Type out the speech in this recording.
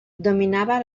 dominava